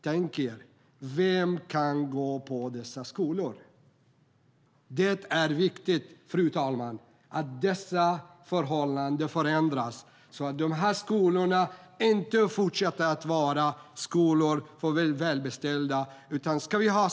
Tänk er - vem kan gå på dessa skolor? Det är viktigt, fru talman, att dessa förhållanden ändras så att dessa skolor inte fortsätter att vara skolor för väldigt välbeställda.